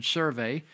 survey